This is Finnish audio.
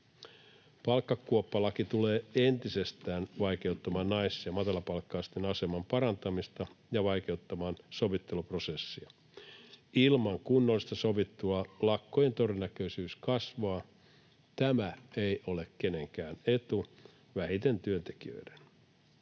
Palkkakuoppalaki tulee entisestään vaikeuttamaan naisvaltaisten ja matalapalkkaisten alojen aseman parantamista ja vaikeuttamaan sovitteluprosessia. Ilman kunnollista sovittelua lakkojen todennäköisyys kasvaa. Tämä ei ole kenenkään etu, vähiten työntekijöiden.